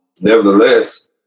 Nevertheless